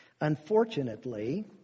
Unfortunately